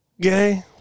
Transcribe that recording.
gay